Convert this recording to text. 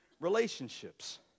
Relationships